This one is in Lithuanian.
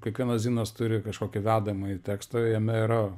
kiekvienas zinas turi kažkokį vedamąjį tekstą jame yra